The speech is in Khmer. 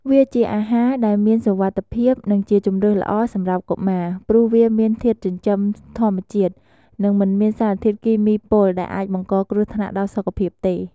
វាជាអាហារដែលមានសុវត្ថិភាព និងជាជម្រើសល្អសម្រាប់កុមារ ព្រោះវាមានធាតុចិញ្ចឹមធម្មជាតិ និងមិនមានសារធាតុគីមីពុលដែលអាចបង្កគ្រោះថ្នាក់ដល់សុខភាពទេ។